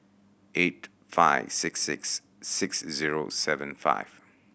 eight five six six six zero seven five